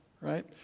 Right